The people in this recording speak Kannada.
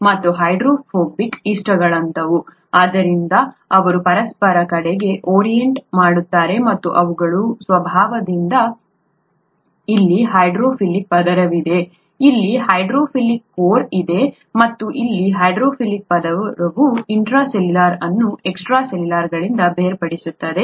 ಮತ್ತು ಹೈಡ್ರೋಫೋಬಿಕ್ ಇಷ್ಟಗಳಂತಹವು ಆದ್ದರಿಂದ ಅವರು ಪರಸ್ಪರ ಕಡೆಗೆ ಓರಿಯಂಟ್ ಮಾಡುತ್ತಾರೆ ಮತ್ತು ಅವುಗಳ ಸ್ವಭಾವದಿಂದ ಇಲ್ಲಿ ಹೈಡ್ರೋಫಿಲಿಕ್ ಪದರವಿದೆ ಇಲ್ಲಿ ಹೈಡ್ರೋಫೋಬಿಕ್ ಕೋರ್ ಇದೆ ಮತ್ತು ಇಲ್ಲಿ ಹೈಡ್ರೋಫಿಲಿಕ್ ಪದರವು ಇಂಟ್ರಾ ಸೆಲ್ಯುಲಾರ್ ಅನ್ನು ಎಕ್ಸ್ಟ್ರಾ ಸೆಲ್ಯುಲಾರ್ಗಳಿಂದ ಬೇರ್ಪಡಿಸುತ್ತದೆ